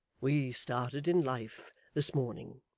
we started in life this morning